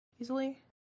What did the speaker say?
easily